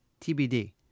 TBD